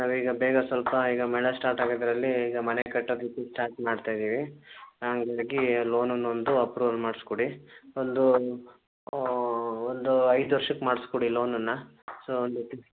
ನಾವು ಈಗ ಬೇಗ ಸ್ವಲ್ಪ ಈಗ ಮಳೆ ಸ್ಟಾರ್ಟ್ ಆಗೋದ್ರಲ್ಲಿ ಈಗ ಮನೆ ಕಟ್ಟೋದಿಕ್ಕೆ ಸ್ಟಾಟ್ ಮಾಡ್ತಾ ಇದ್ದೀವಿ ಹಾಗಾಗಿ ಲೋನನ್ನ ಒಂದು ಅಪ್ರುವಲ್ ಮಾಡಿಸ್ಕೊಡಿ ಒಂದು ಒಂದು ಐದು ವರ್ಷಕ್ ಮಾಡಿಸ್ಕೊಡಿ ಲೋನನ್ನ ಸೊ ಒಂದು